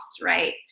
right